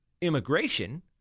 immigration